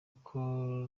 uko